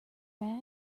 their